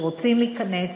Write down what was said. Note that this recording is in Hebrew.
שרוצים להיכנס,